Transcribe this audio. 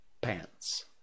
pants